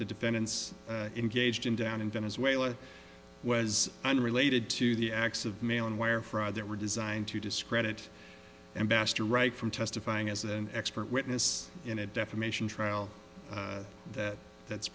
the defendants engaged in down in venezuela was unrelated to the acts of mail and wire fraud that were designed to discredit ambassador reich from testifying as an expert witness in a defamation trial that that's